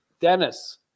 Dennis